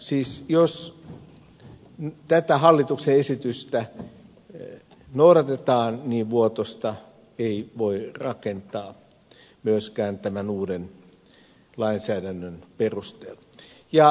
siis jos tätä hallituksen esitystä noudatetaan vuotosta ei voi rakentaa myöskään tämän uuden lainsäädännön perusteella